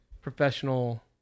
professional